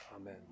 Amen